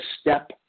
step